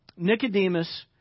Nicodemus